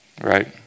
right